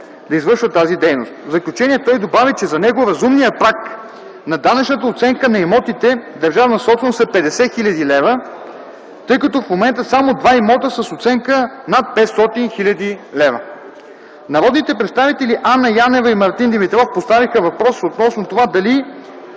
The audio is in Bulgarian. да извършва тази дейност. В заключение той добави, че за него разумният проект на данъчната оценка на имотите държавна собственост е 50 000 лв., тъй като в момента само два имота са с оценка над 500 000 лв. Народните представители Анна Янева и Мартин Димитров поставиха въпрос относно това знае